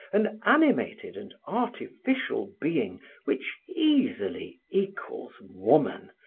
an animated and artificial being which easily equals woman,